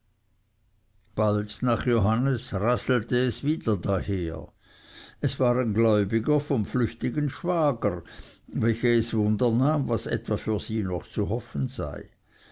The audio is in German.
bald nach johannes rasselte es wieder daher es waren gläubiger vom flüchtigen schwager welche es wunder nahm was etwa für sie noch zu hoffen sei